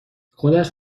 خودش